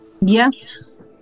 Yes